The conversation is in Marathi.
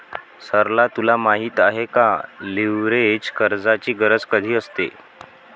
सरला तुला माहित आहे का, लीव्हरेज कर्जाची गरज कधी असते?